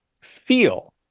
feel